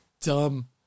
dumb